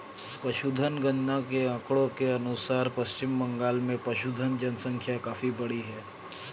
पशुधन गणना के आंकड़ों के अनुसार पश्चिम बंगाल में पशुधन जनसंख्या काफी बढ़ी है